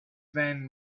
then